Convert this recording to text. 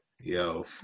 Yo